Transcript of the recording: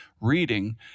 reading